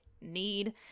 need